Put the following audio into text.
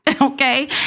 Okay